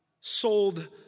sold